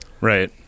right